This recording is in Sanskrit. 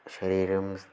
शरीरं सः